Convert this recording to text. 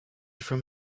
from